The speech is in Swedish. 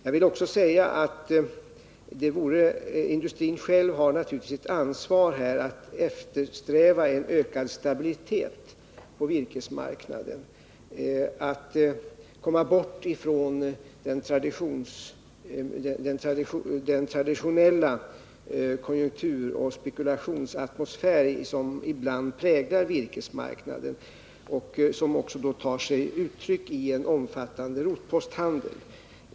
Jag vill också säga att industrin själv naturligtvis har ett ansvar för att eftersträva ökad stabilitet på virkesmarknaden, att komma bort från den traditionella konjunkturoch spekulationsatmosfär som ibland präglar virkesmarknaden och som då också tar sig uttryck i omfattande rotposthandel.